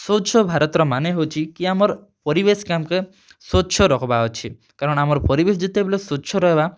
ସ୍ୱଚ୍ଛ ଭାରତ୍ ର ମାନେ ହେଉଛେ କି ଆମର୍ ପରିବେଶ୍ କେ ଆମ୍ କେ ସ୍ୱଚ୍ଛ ରଖ୍ବାର୍ ଅଛେ କାରଣ ଆମର୍ ପରିବେଶ୍ ଯେତେବେଲେ ସ୍ୱଚ୍ଛ ରହେବା